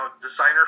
designer